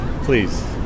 Please